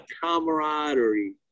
camaraderie